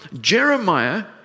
Jeremiah